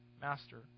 master